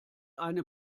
eine